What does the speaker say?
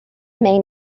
may